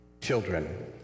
children